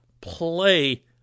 play